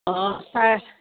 অঁ ছাৰ